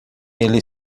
ele